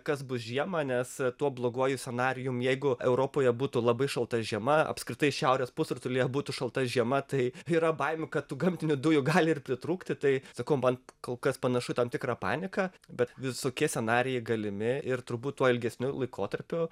kas bus žiemą nes tuo bloguoju scenarijum jeigu europoje būtų labai šalta žiema apskritai šiaurės pusrutulyje būtų šalta žiema tai yra baimių kad tų gamtinių dujų gali ir pritrūkti tai sakau man kol kas panašu į tam tikrą paniką bet visokie scenarijai galimi ir turbūt tuo ilgesniu laikotarpiu